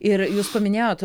ir jūs paminėjot